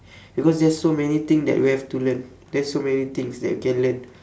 because there's so many thing that we have to learn there's so many things that we can learn